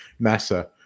NASA